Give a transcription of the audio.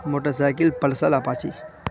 motor cycle pulsar apache